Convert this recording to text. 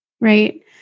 Right